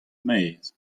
maez